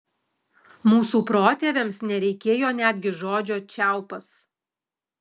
mūsų protėviams nereikėjo netgi žodžio čiaupas